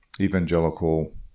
evangelical